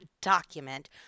document